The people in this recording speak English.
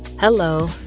Hello